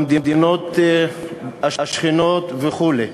במדינות השכנות וכו'.